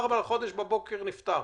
יפה.